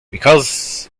because